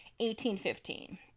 1815